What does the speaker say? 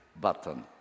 button